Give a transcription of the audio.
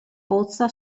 pozza